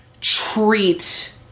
treat